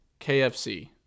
KFC